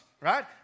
right